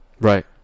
right